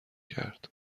کرد